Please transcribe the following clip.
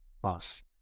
plus